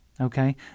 Okay